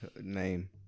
Name